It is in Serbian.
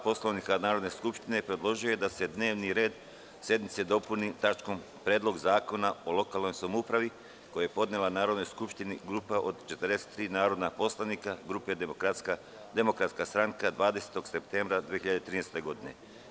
Poslovnika Narodne skupštine, predložio je da se dnevni red sednice dopuni tačkom – Predlog zakona o lokalnoj samoupravi, koji je podnela Narodnoj skupštini grupa od 43 narodna poslanika poslaničke grupe Demokratska stranka 20. septembra 2013. godine.